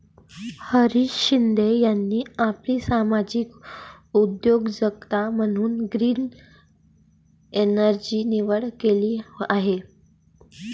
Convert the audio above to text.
हरीश शिंदे यांनी आपली सामाजिक उद्योजकता म्हणून ग्रीन एनर्जीची निवड केली आहे